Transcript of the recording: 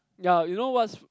yea you know what's